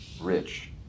rich